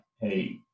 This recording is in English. hey